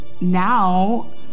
now